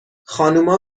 خانوما